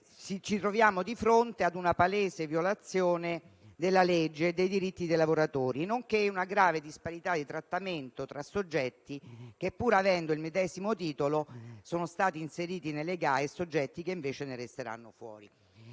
ci troviamo di fronte a una palese violazione della legge e dei diritti dei lavoratori, nonché a una grave disparità di trattamento tra soggetti, che, pur avendo il medesimo titolo, sono stati inseriti nelle GAE e soggetti che invece ne resteranno fuori".